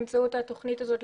באמצעות התכנית הזאת,